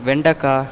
வெண்டக்காய்